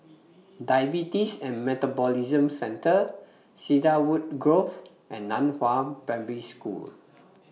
Diabetes Metabolism Centre Cedarwood Grove and NAN Hua Primary School